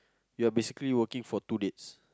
you are basically working for two days